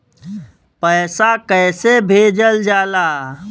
पैसा कैसे भेजल जाला?